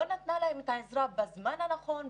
לא נתנה להם את העזרה בזמן הנכון,